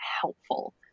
helpful